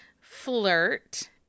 flirt